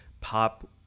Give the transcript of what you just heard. pop